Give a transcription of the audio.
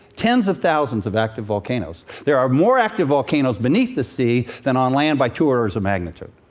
tens of thousands of active volcanoes. there are more active volcanoes beneath the sea than on land by two orders of magnitude.